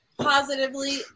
positively